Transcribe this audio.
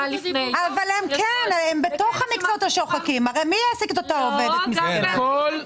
הרי מי יעסיק את אותה עובדת מסכנה?